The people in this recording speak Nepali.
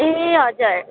ए हजुर